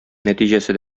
нәтиҗәсе